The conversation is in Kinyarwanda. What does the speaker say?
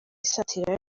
isatira